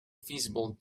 feasible